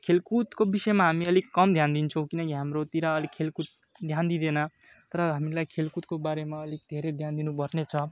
खेलकुदको विषयमा हामी अलिक कम ध्यान दिन्छौँ किनकि हाम्रोतिर अलिक खेलकुद ध्यान दिँदैन तर हामीलाई खेलकुदको बारेमा अलिक धेरै ध्यान दिनु पर्ने छ